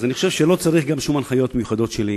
אני חושב שגם לא צריך שום הנחיות מיוחדות שלי.